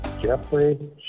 Jeffrey